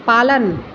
पालन